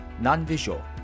non-visual